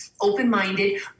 open-minded